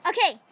Okay